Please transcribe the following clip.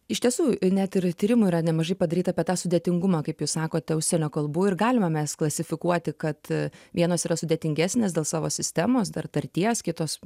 iš tiesų net ir tyrimų yra nemažai padaryta apie tą sudėtingumą kaip jūs sakote užsienio kalbų ir galime mes klasifikuoti kad vienos yra sudėtingesnės dėl savo sistemos ar tarties kitos